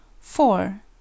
four